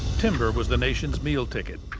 timber was the nation's meal ticket.